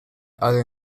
other